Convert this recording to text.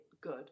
good